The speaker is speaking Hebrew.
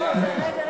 זה לא זה.